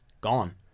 Gone